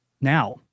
Now